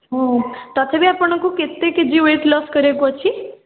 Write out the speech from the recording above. ହଁ ତଥାପି ଆପଣଙ୍କୁ କେତେ କେ ଜି ୱେଟ୍ ଲସ୍ କରିବାକୁ ଅଛି